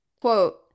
Quote